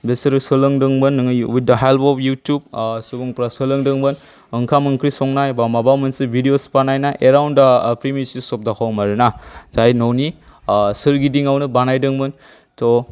बिसोरो सोलोंदोंमोन नोङो with the help of YouTube सुबुंफोरा सोलोंदोंमोन ओंखाम ओंख्रि संनाय एबा माबा मोनसे भिडियस बानायनाय around the premises of the home आरोना जाय न'नि सोरगिदिंआवनो बानायदोंमोन त'